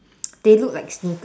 they look like sneakers